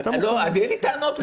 לא, אין לי טענות.